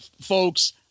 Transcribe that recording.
folks